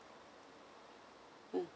mm